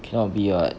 cannot be what